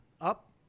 up